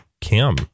Kim